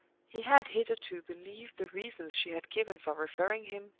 he had hitherto believed the reasons she had given for referring him,